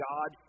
God